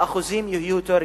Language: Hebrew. האחוזים יהיו יותר גבוהים,